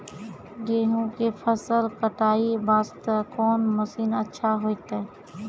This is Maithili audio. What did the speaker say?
गेहूँ के फसल कटाई वास्ते कोंन मसीन अच्छा होइतै?